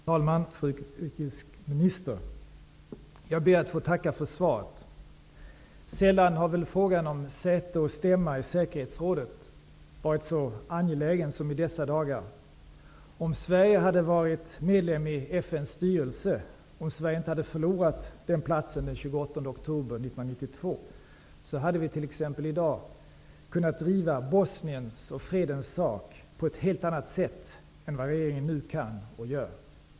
Herr talman! Fru utrikesminister! Jag ber att få tacka för svaret. Sällan har väl frågan om säte och stämma i säkerhetsrådet varit så angelägen som i dessa dagar. Om Sverige hade varit medlem i FN:s styrelse, om Sverige inte hade förlorat möjligheten att tillträda den platsen 28 oktober 1992, hade regeringen t.ex. i dag kunnat driva Bosniens och fredens sak på ett helt annat sätt än vad regeringen nu kan och gör.